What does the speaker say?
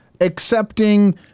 accepting